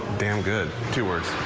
damn good. two words.